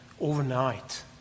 overnight